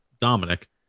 Dominic